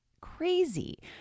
crazy